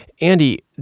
Andy